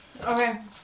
Okay